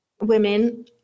women